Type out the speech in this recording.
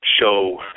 show